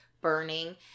burning